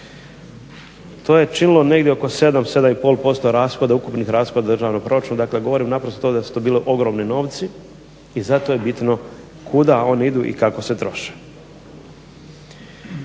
To je činilo negdje oko 7, 7,5% rashoda ukupnih rashoda državnog proračuna, dakle govorim to da su to bili ogromni novci i zato je bitno kuda oni idu i kako se troše.